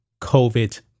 COVID